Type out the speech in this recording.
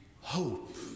hope